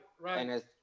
right